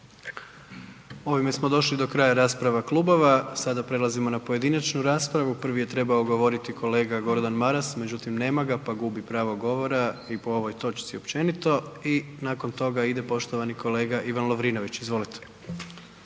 Ovime smo došli do kraja rasprava klubova, sada prelazimo na pojedinačnu raspravu. Prvi je trebao govoriti kolega Gordan Maras međutim nema ga pa gubi pravo govora i po ovoj točci općenito i nakon toga ide poštovani kolega Ivan Lovrinović, izvolite.